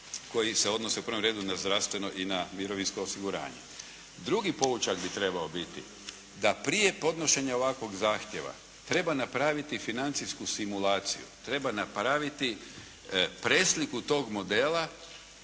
koji se odnose u prvom na zdravstveno i na mirovinsko osiguranje. Drugi poučak bi trebao biti, da prije podnošenja ovakvog zahtjeva treba napraviti financijsku simulaciju, treba napraviti presliku tog modela